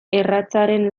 erratzaren